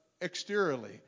exteriorly